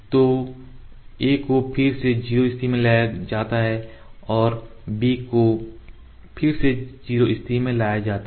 तो a को फिर से 0 स्थिति में लाया जाता है और b को फिर से 0 स्थिति में लाया जाता है